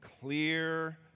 clear